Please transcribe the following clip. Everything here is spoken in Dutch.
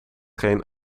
geen